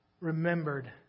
remembered